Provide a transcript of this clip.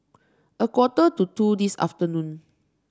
a quarter to two this afternoon